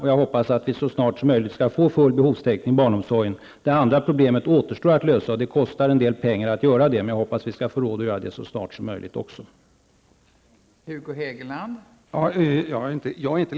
Jag hoppas att vi så snart som möjligt skall få full behovstäckning inom barnomsorgen. Det andra problemet återstår att lösa, och det kostar också en del pengar att göra det, men jag hoppas att vi skall få råd att så snart som möjligt komma till rätta med även detta problem.